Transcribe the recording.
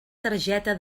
targeta